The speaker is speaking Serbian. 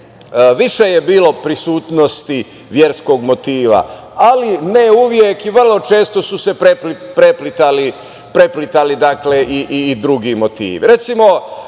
više je bilo prisutnosti verskog motiva, ali ne uvek i vrlo često su se preplitali i drugi motivi.